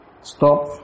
Stop